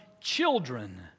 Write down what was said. children